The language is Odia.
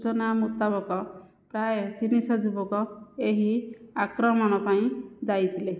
ସୂଚନା ମୁତାବକ ପ୍ରାୟ ତିନିଶହ ଯୁବକ ଏହି ଆକ୍ରମଣ ପାଇଁ ଦାୟୀ ଥିଲେ